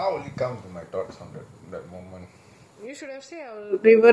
if you have say I will even text you that kind